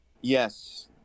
Yes